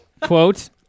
quote